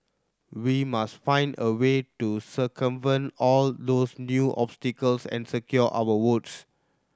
we must find a way to circumvent all those new obstacles and secure our votes